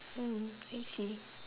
oh well I see